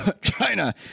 China